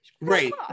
Right